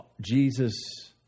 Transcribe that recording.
Jesus